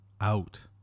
out